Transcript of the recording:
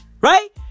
Right